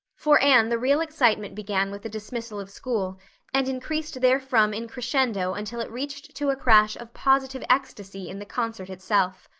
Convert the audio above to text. for anne the real excitement began with the dismissal of school and increased therefrom in crescendo until it reached to a crash of positive ecstasy in the concert itself.